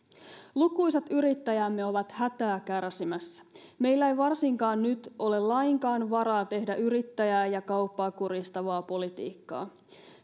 lukuisat yrittäjämme ovat hätää kärsimässä meillä ei varsinkaan nyt ole lainkaan varaa tehdä yrittäjää ja kauppaa kuristavaa politiikkaa